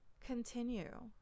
continue